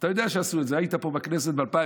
אתה יודע שעשו את זה, היית פה בכנסת ב-2015,